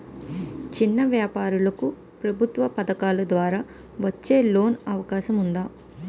చిన్న వ్యాపారాలకు ప్రభుత్వం పథకాల ద్వారా వచ్చే లోన్ అవకాశం ఉందా?